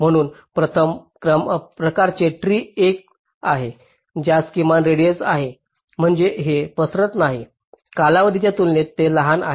म्हणून प्रथम प्रकारचे ट्री एक आहे ज्यास किमान रेडिएस आहे म्हणजे ते पसरत नाही कालावधीच्या तुलनेत हे लहान आहे